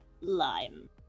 lime